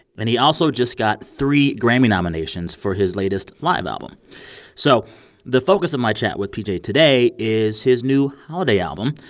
and he also just got three grammy nominations for his latest live album so the focus of my chat with pj today is his new holiday album.